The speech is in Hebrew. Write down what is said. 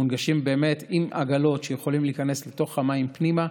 מונגשים עם עגלות שיכולות להיכנס לתוך המים פנימה.